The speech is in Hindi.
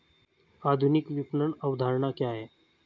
आधुनिक विपणन अवधारणा क्या है?